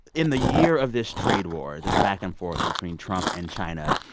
in the year of this trade war, this back-and-forth between trump and china,